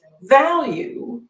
value